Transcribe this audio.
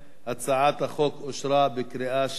הצעת החוק אושרה בקריאה שנייה.